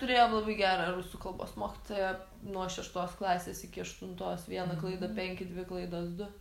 turėjom labai gerą rusų kalbos mokytoją nuo šeštos klasės iki aštuntos viena klaida penki dvi klaidos du